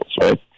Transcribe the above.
right